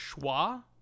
schwa